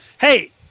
Hey